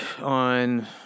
on